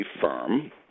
firm